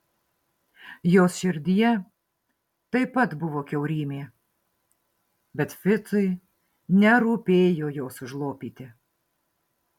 jos širdyje taip pat buvo kiaurymė bet ficui nerūpėjo jos užlopyti